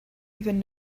even